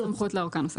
שתהיה סמכות לארכה נוספת.